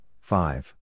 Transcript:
Five